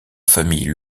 famille